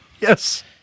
Yes